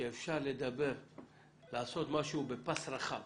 שאפשר לעשות משהו בפס רחב